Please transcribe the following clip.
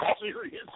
serious